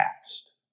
past